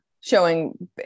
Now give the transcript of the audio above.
showing